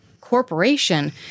corporation